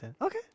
Okay